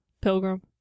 Pilgrim